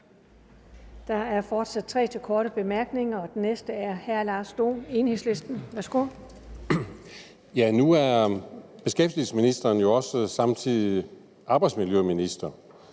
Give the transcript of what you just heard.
Der er fortsat tre til korte bemærkninger. Den næste er hr. Lars Dohn, Enhedslisten. Kl. 15:04 Lars Dohn (EL): Nu er beskæftigelsesministeren jo også samtidig arbejdsmiljøminister.